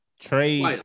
trade